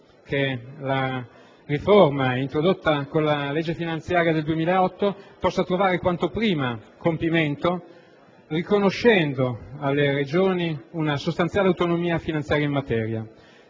che la riforma introdotta con la legge finanziaria del 2008 possa trovare quanto prima compimento, riconoscendo alle Regioni una sostanziale autonomia finanziaria in materia;